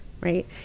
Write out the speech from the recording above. right